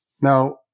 Now